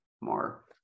more